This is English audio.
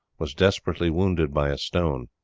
was desperately wounded by a stone.